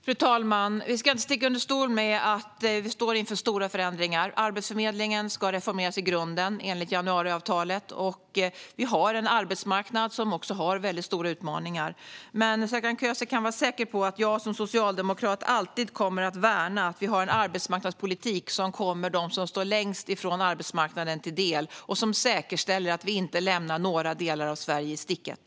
Fru talman! Vi ska inte sticka under stol med att vi står inför stora förändringar. Arbetsförmedlingen ska enligt januariavtalet reformeras i grunden. Vi har också en arbetsmarknad som har stora utmaningar. Serkan Köse kan dock vara säker på att jag som socialdemokrat alltid kommer att värna att vi har en arbetsmarknadspolitik som kommer dem som står längst ifrån arbetsmarknaden till del och som säkerställer att vi inte lämnar några delar av Sverige i sticket.